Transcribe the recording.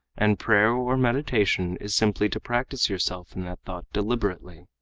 and prayer or meditation is simply to practice yourself in that thought deliberately.